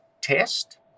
test